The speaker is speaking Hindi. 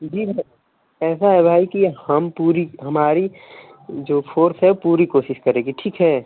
जी भाई ऐसा है भाई कि हम पूरी हमारी जो फोर्स है पूरी कोशिश करेगी ठीक है